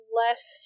less